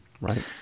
Right